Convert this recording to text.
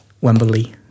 Wembley